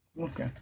Okay